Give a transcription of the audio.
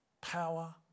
power